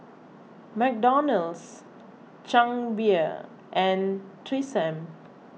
McDonald's Chang Beer and Tresemme